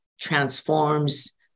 transforms